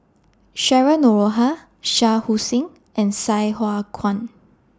Cheryl Noronha Shah Hussain and Sai Hua Kuan